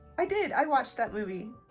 i did, i watched that movie.